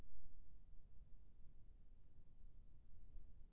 निवेश ला बड़हाए बर का करे बर लगही?